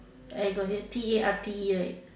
I got hear T A R T E right